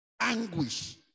Anguish